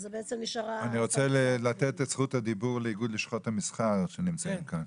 אני רוצה לתת את זכות הדיבור לאיגוד לשכות המסחר שנמצאים כאן.